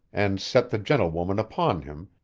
and set the gentlewoman upon him,